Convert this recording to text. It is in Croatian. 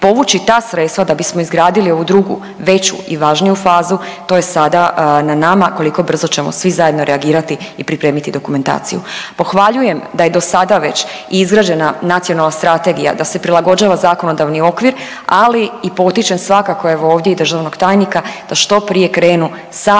povući ta sredstva da bismo izgradili ovu drugu veću i važniju fazu to je sad na nama koliko brzo ćemo svi zajedno reagirati i pripremiti dokumentaciju. Pohvaljujem da je dosada već izrađena nacionalna strategija, da se prilagođava zakonodavni okvir, ali i potičem svakako evo ovdje i državnog tajnika da što prije krenu sa